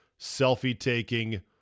selfie-taking